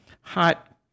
hot